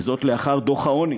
וזאת לאחר דוח העוני